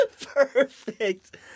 Perfect